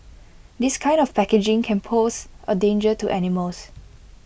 this kind of packaging can pose A danger to animals